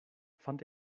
fand